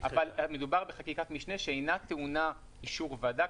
אבל מדובר בחקיקת משנה שאינה טעונה אישור ועדה.